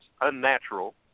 unnatural